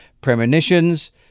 premonitions